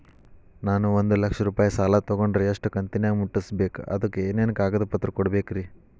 ನಾನು ಒಂದು ಲಕ್ಷ ರೂಪಾಯಿ ಸಾಲಾ ತೊಗಂಡರ ಎಷ್ಟ ಕಂತಿನ್ಯಾಗ ಮುಟ್ಟಸ್ಬೇಕ್, ಅದಕ್ ಏನೇನ್ ಕಾಗದ ಪತ್ರ ಕೊಡಬೇಕ್ರಿ?